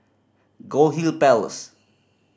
Goldhill Place